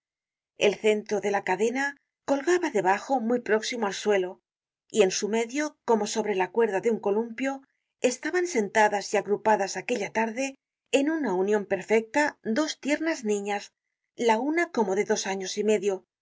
el centro de la cadena colgaba debajo muy próximo al suelo y en su medio como sobre la cuerda de un columpio estaban sentadas y agrupadas aquella tarde en una union perfecta dos tiernas niñas la una como de dos años y medio